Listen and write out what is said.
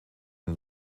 ein